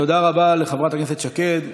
תודה רבה לחברת הכנסת שקד.